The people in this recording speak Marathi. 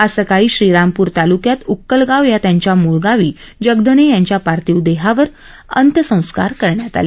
आज सकाळी श्रीरामपूर तालुक्यात उक्कलगाव या त्यांच्या मूळ गावी जगधने यांच्या पार्थिव देहावर अंत्यसंस्कार करण्यात आले